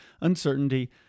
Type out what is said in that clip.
uncertainty